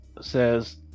says